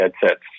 headsets